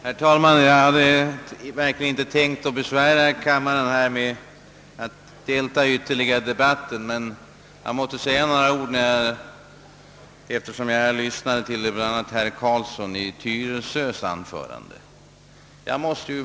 Herr talman! Jag hade verkligen inte tänkt besvära kammaren genom att deltaga mera i debatten, men jag måste säga några ord efter herr Carlssons i Tyresö anförande.